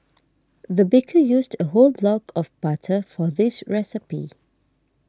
the baker used a whole block of butter for this recipe